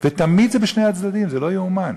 ותמיד זה בשני הצדדים, זה לא ייאמן.